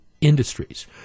industries